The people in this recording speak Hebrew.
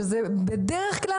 לעומת זאת,